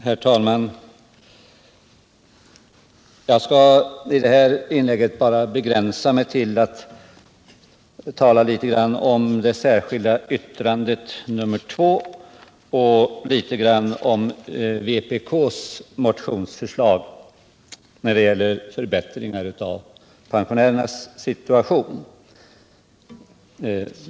Herr talman! Jag skall i det här inlägget begränsa mig till att tala litet grand om det särskilda yttrandet nr 2 och om vpk:s motionsförslag när det gäller förbättringar av pensionärernas situation.